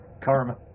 Karma